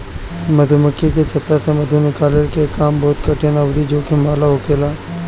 मधुमक्खी के छत्ता से मधु निकलला के काम बहुते कठिन अउरी जोखिम वाला होखेला